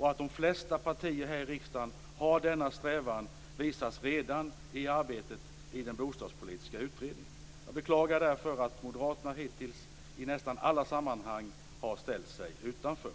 Att de flesta partier här i riksdagen har denna strävan visades redan i arbetet i den bostadspolitiska utredningen. Jag beklagar därför att Moderaterna hittills i nästan alla sammanhang har ställt sig utanför.